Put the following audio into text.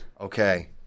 Okay